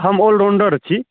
हम ऑलराउण्डर छी